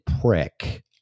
prick